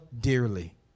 dearly